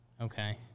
Okay